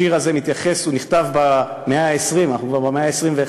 השיר הזה נכתב במאה ה-20, ואנחנו כבר במאה ה-21,